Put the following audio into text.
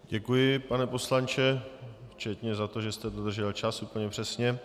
Děkuji, pane poslanče, včetně za to, že jste dodržel čas úplně přesně.